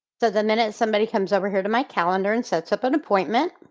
so the minute somebody comes over here to my calendar and sets up an appointment,